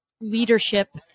leadership